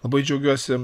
labai džiaugiuosi